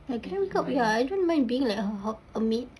I don't mind being like a maid